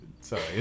Sorry